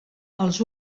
els